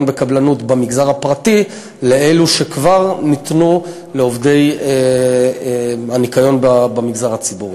בקבלנות במגזר הפרטי לאלו שכבר ניתנו לעובדי הניקיון במגזר הציבורי.